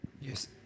Yes